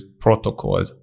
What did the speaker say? protocol